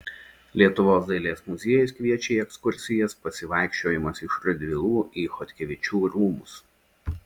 lietuvos dailės muziejus kviečia į ekskursijas pasivaikščiojimas iš radvilų į chodkevičių rūmus